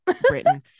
Britain